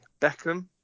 Beckham